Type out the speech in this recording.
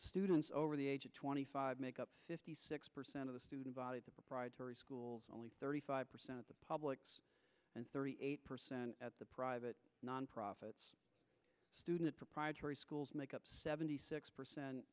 students over the age of twenty five make up six percent of the student body the proprietary schools only thirty five percent of the public and thirty eight percent at the private nonprofit student proprietary schools make up seventy six